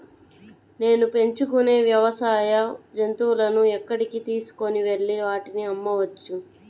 నేను పెంచుకొనే వ్యవసాయ జంతువులను ఎక్కడికి తీసుకొనివెళ్ళి వాటిని అమ్మవచ్చు?